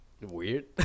weird